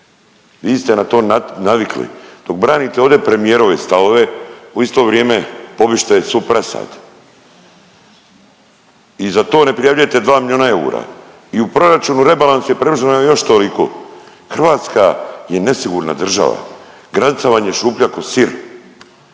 Vi ste na to navikli. Dok branite ovdje premijerove stavove u isto vrijeme pobiste svu prasad. I Za to ne prijavljujete 2 milijuna eura. I u proračunu rebalansu i proračunu još toliko. Hrvatska je nesigurna država. Granica vam je šuplja ko sir.